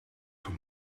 voor